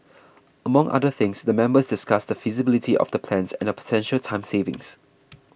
among other things the members discussed the feasibility of the plans and the potential time savings